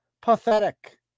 Pathetic